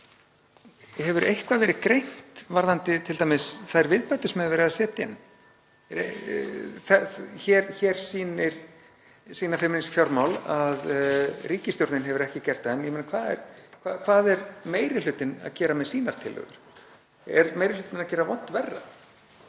hana. Hefur eitthvað verið greint varðandi t.d. þær viðbætur sem er verið að setja inn? Hér sýna Feminísk fjármál að ríkisstjórnin hefur ekki gert það. En hvað er meiri hlutinn að gera með sínar tillögur? Er meiri hlutinn að gera vont verra?